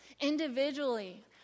Individually